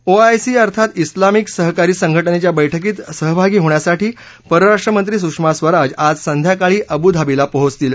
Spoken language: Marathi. ओआयसी अर्थात इस्लामिक सहकारी संघटनेच्या बैठकीत सहभागी होण्यासाठी परराष्ट्र मंत्री सुषमा स्वराज आज संध्याकाळी अबुधाबीला पोहचतील